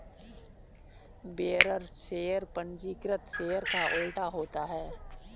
bearer share पंजीकृत share का उल्टा होता है